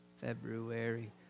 February